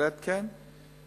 בהחלט כן,